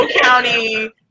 County